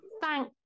thank